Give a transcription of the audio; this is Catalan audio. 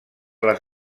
les